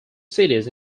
cities